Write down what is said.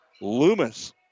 Loomis